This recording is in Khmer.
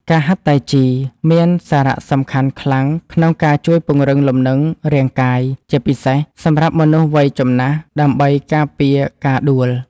ការហាត់តៃជីមានសារៈសំខាន់ខ្លាំងក្នុងការជួយពង្រឹងលំនឹងរាងកាយ ជាពិសេសសម្រាប់មនុស្សវ័យចំណាស់ដើម្បីការពារការដួល។